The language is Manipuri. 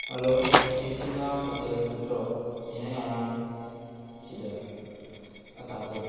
ꯍꯂꯣ ꯁꯤ ꯁꯤꯝꯂꯥ ꯍꯣꯇꯦꯜ ꯅꯠꯇ꯭ꯔꯣ ꯑꯩꯅ ꯉꯔꯥꯡ ꯑꯁꯤꯗ ꯑꯆꯥꯄꯣꯠ